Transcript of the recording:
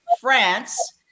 France